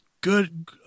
good